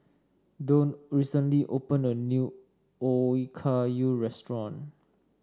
Don recently opened a new Okayu restaurant